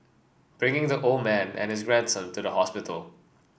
bringing the old man and his grandson to the hospital